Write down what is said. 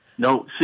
No